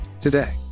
today